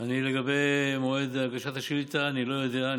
לגבי מועד הגשת השאילתה, אני לא יודע.